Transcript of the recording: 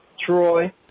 Troy